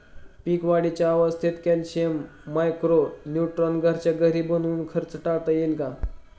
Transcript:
पीक वाढीच्या अवस्थेत calcium, micro neutron घरच्या घरी बनवून खर्च टाळता येईल का?